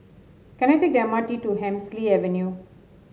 can I take the M R T to Hemsley Avenue